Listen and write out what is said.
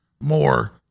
more